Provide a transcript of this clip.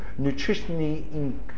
nutritionally